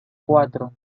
cuatro